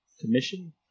commission